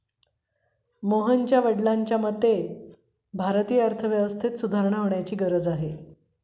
मोहनच्या वडिलांच्या मते, भारतीय अर्थव्यवस्थेत सुधारणा होण्याची गरज आहे